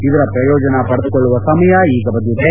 ಇದರ ಪ್ರಯೋಜನ ಪಡೆದುಕೊಳ್ಳುವ ಸಮಯ ಈಗ ಬಂದಿದೆ